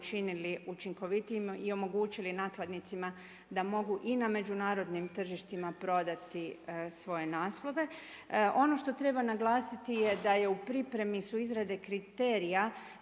učinkovitijima i omogućili nakladnicima da mogu i na međunarodnim tržištima prodati svoje naslove. Ono što treba naglasiti je da su u pripremi izrade kriterija